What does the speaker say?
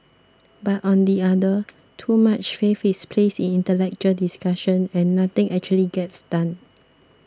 but on the other too much faith is placed intellectual discussion and nothing actually gets done